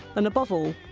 and, above all,